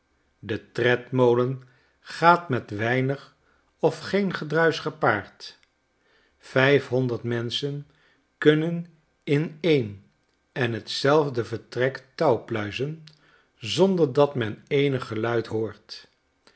de tredmolen gaat met weinig of geen gedruischgepaard vijfhonderd menschen kunnen in een en t zelfde vertrek touw pluizen zonder dat men eenig geluid hoort